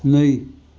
नै